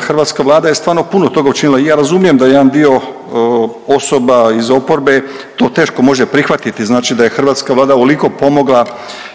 hrvatska Vlada je stvarno puno toga učinila i ja razumijem da jedan dio osoba iz oporbe to teško može prihvatiti, znači da je hrvatska Vlada ovoliko pomogla